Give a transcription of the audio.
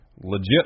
Legit